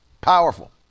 Powerful